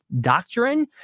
doctrine